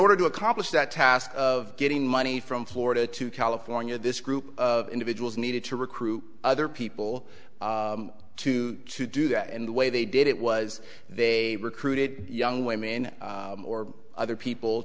order to accomplish that task of getting money from florida to california this group of individuals needed to recruit other people to to do that and the way they did it was they recruited young women or other people